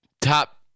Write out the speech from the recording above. top